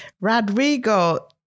Rodrigo